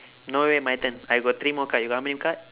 no wait my turn I got three more card you got how many card